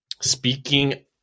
Speaking